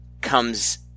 comes